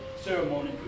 ceremony